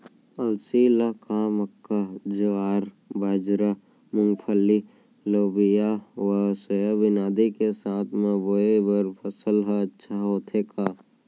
अलसी ल का मक्का, ज्वार, बाजरा, मूंगफली, लोबिया व सोयाबीन आदि के साथ म बोये बर सफल ह अच्छा होथे का?